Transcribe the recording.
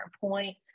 point